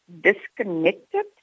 disconnected